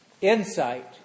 insight